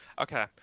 Okay